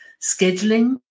scheduling